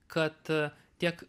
kad tiek